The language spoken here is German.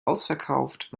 ausverkauft